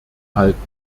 halten